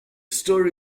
story